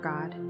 God